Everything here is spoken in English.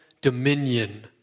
dominion